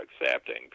accepting